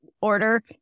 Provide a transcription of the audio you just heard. Order